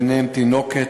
ביניהם תינוקת,